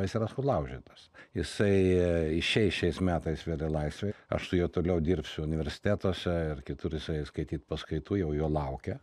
jis yra sulaužyta s jisai išeis šiais metais vėl į laisvę aš su juo toliau dirbsiu universitetuose ir kitur jisai skaityt paskaitų jau jo laukia